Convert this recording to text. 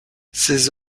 ses